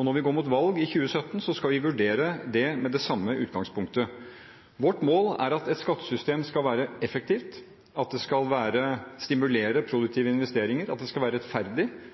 Når vi går mot valg i 2017, skal vi vurdere det med det samme utgangspunktet. Vårt mål er at et skattesystem skal være effektivt, at det skal stimulere produktive investeringer, at det skal være rettferdig,